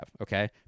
okay